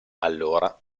allora